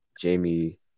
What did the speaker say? Jamie